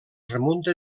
remunta